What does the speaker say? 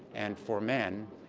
and for men,